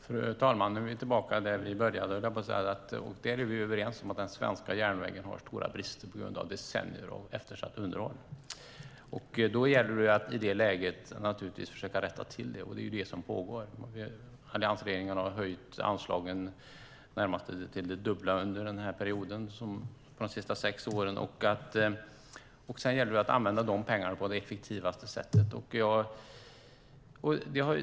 Fru talman! Nu är vi tillbaka där vi började, höll jag på att säga. Vi är överens om att den svenska järnvägen har stora brister på grund av decennier av eftersatt underhåll. I det läget gäller det naturligtvis att försöka rätta till det. Det är det som pågår. Alliansregeringen har höjt anslagen till närmast det dubbla under de senaste sex åren. Sedan gäller det att använda de pengarna på det effektivaste sättet.